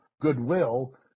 goodwill